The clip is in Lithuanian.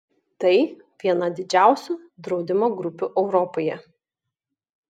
tai viena didžiausių draudimo grupių europoje